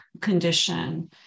condition